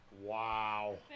Wow